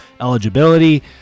eligibility